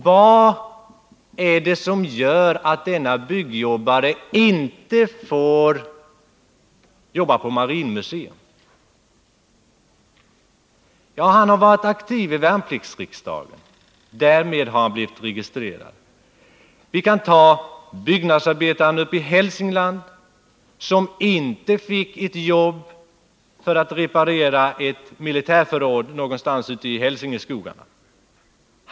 Vad är det som gör att denne byggjobbare inte får arbeta på marinmuseet? Han har varit aktiv i värnpliktsriksdagen, och därmed har han blivit registrerad. Vi kan ta byggnadsarbetaren uppe i Hälsingland, som inte fick ett jobb för att reparera ett militärförråd någonstans i Hälsingeskogarna.